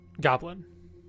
Goblin